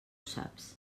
saps